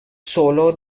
solo